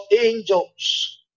angels